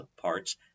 parts